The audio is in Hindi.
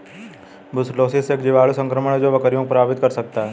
ब्रुसेलोसिस एक जीवाणु संक्रमण है जो बकरियों को प्रभावित कर सकता है